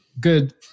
good